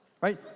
right